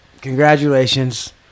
congratulations